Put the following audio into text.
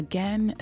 Again